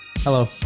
Hello